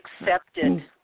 accepted